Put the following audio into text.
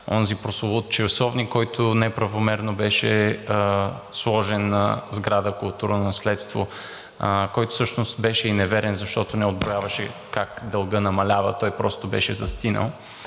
онзи прословут часовник, който неправомерно беше сложен на сграда – културно наследство, който всъщност беше и неверен, защото не отброяваше как дългът намалява, той просто беше застинал,